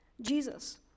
Jesus